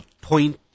point